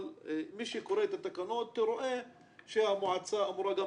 אבל מי שקורא את התקנות רואה שהמועצה אמורה גם